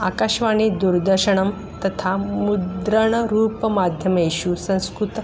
आकाशवाणी दूरदर्शनं तथा मुद्रणरूपमाध्यमेषु संस्कृतं